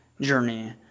journey